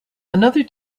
another